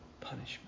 punishment